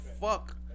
fuck